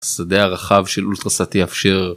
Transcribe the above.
השדה הרחב של אולטראסאט יאפשר